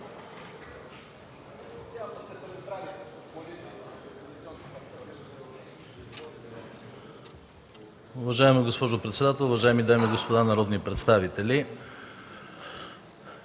Уважаема госпожо председател, уважаеми дами и господа народни представители,